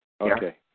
okay